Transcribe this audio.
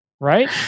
Right